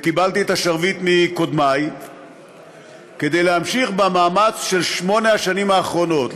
וקיבלתי את השרביט מקודמיי כדי להמשיך במאמץ של שמונה השנים האחרונות.